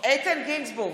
איתן גינזבורג,